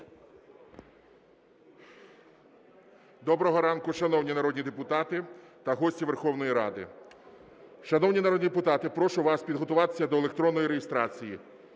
Доброго ранку, шановні народні депутати та гості Верховної Ради! Шановні народні депутати, прошу вас підготуватися до електронної реєстрації.